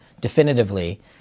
definitively